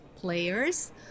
players